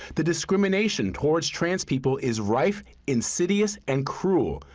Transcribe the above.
the discrimination towards trans-people is rife, insidious, and cruel.